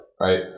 right